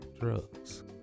drugs